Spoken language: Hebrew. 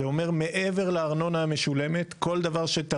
זה אומר מעבר לארנונה המשולמת כל דבר שאתה